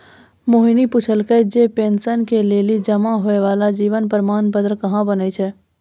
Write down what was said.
मोहिनी पुछलकै जे पेंशन के लेली जमा होय बाला जीवन प्रमाण पत्र कहाँ बनै छै?